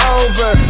over